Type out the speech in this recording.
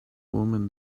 woman